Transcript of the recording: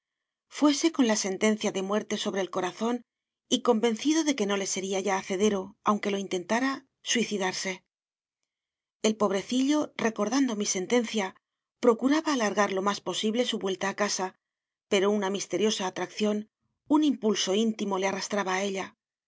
fuése con la sentencia de muerte sobre el corazón y convencido de que no le sería ya hacedero aunque lo intentara suicidarse el pobrecillo recordando mi sentencia procuraba alargar lo más posible su vuelta a su casa pero una misteriosa atracción un impulso íntimo le arrastraba a ella